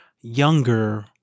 younger